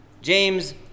James